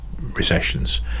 recessions